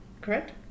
correct